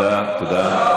תודה.